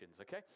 okay